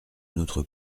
notre